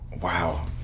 Wow